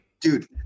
dude